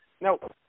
Now